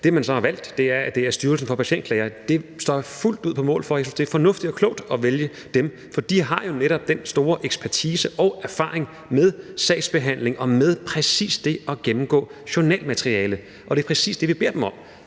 Det, man så har valgt, er, at det skal være Styrelsen for Patientklager, og det står jeg fuldt ud på mål for. Jeg synes, det er fornuftigt og klogt at vælge dem, for de har jo netop den store ekspertise og erfaring med sagsbehandling og med det at gennemgå journalmateriale, og det er præcis det, vi beder dem om.